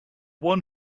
one